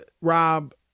Rob